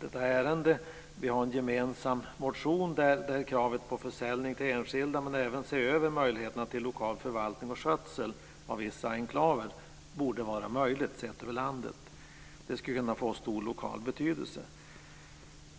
detta ärende. Vi har en gemensam motion med krav på försäljning till enskilda, men även på att se över om inte lokal förvaltning och skötsel av vissa enklaver borde vara möjlig, sett över landet. Det skulle kunna få stor lokal betydelse.